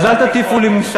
אבל אל תיקחו ערים,